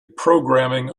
programming